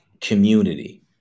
community